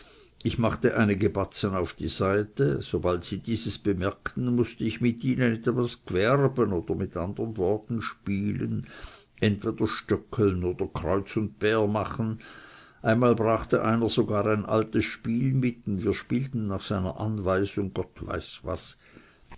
ich machte einige batzen auf die seite sobald sie dieses merkten mußte ich mit ihnen etwas g'werbe oder mit andern worten spielen entweder stöckeln oder kreuz und bär machen einmal brachte einer sogar ein altes spiel mit und wir spielten nach seiner anweisung gott weiß was